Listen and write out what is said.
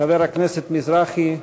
חבר הכנסת מזרחי מתבקש